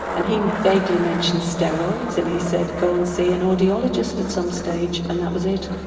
and he vaguely mentioned steroids, and he said, go and see an audiologist at some stage. and that was it.